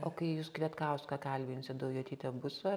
o kai jūs kvietkauską kalbinsit daujotytė bus